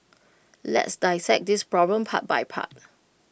let's dissect this problem part by part